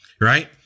right